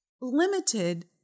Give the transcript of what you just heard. limited